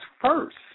first